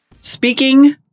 Speaking